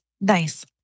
Nice